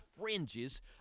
fringes